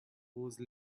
whose